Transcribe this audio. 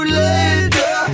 later